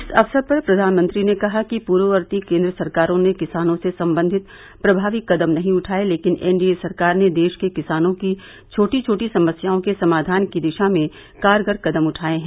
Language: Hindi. इस अवसर पर प्रधानमंत्री ने कहा कि पूर्ववर्ती केन्द्र सरकारों ने किसानों से सम्बन्धित प्रभावी कदम नहीं उठाये लेकिन एनडीए सरकार ने देश के किसानों की छोटी छोटी समस्याओं के समाधान की दिशा में कारगर कदम उठाये हैं